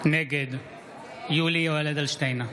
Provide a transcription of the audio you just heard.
נגד יולי יואל אדלשטיין,